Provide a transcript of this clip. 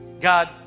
God